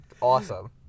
awesome